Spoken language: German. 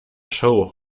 show